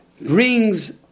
brings